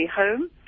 home